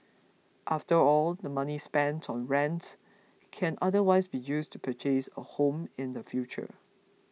after all the money spent on rent can otherwise be used to purchase a home in the future